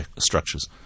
structures